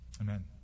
amen